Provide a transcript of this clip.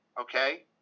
okay